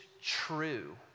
true